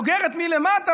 סוגרת מלמטה,